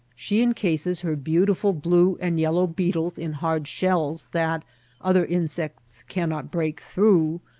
she incases her beautiful blue and yellow beetles in hard shells that other insects cannot break through,